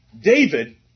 David